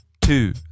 two